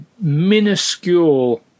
minuscule